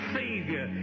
savior